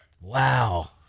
Wow